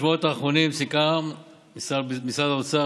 בשבועות האחרונים סיכמו משרד האוצר,